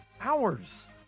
hours